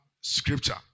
scripture